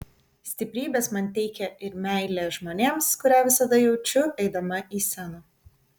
stiprybės man teikia ir meilė žmonėms kurią visada jaučiu eidama į sceną